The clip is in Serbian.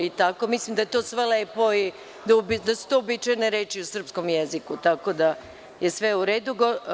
Mislim da je to sve lepo i da su to uobičajene reči u srpskom jeziku, tako da je sve u redu.